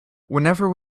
whenever